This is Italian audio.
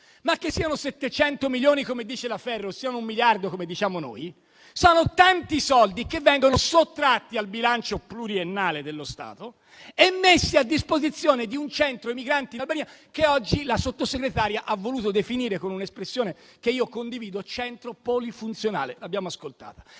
Ma che siano 700 milioni, come dice la Ferro, o che sia un miliardo, come diciamo noi, sono tanti soldi che vengono sottratti al bilancio pluriennale dello Stato e messi a disposizione di un centro migranti in Albania, che oggi la Sottosegretaria ha voluto definire, con un'espressione che io condivido, «centro polifunzionale». (L'abbiamo ascoltata).